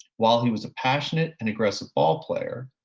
while he was a passionate and aggressive ballplayer,